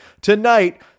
tonight